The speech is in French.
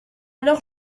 alors